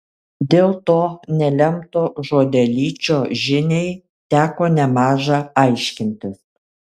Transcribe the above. dėl to nelemto žodelyčio žiniai teko nemaža aiškintis